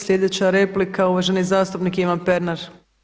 Sljedeća replika uvaženi zastupnik Ivan Pernar.